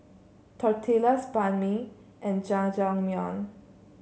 Tortillas Banh Mi and Jajangmyeon